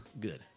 Good